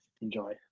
enjoy